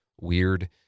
weird